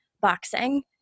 boxing